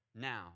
now